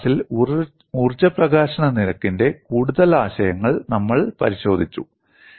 ഈ ക്ലാസ്സിൽ ഊർജ്ജ പ്രകാശന നിരക്കിന്റെ കൂടുതൽ ആശയങ്ങൾ നമ്മൾ പരിശോധിച്ചു